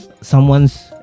someone's